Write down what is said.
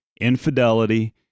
infidelity